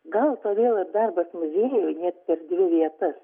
gal todėl ir darbas muziejuje net per dvi vietas